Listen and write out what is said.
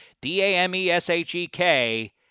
D-A-M-E-S-H-E-K